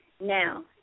Now